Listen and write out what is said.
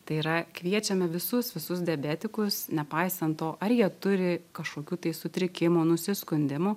tai yra kviečiame visus visus diabetikus nepaisant to ar jie turi kažkokių tai sutrikimų nusiskundimų